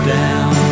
down